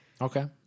Okay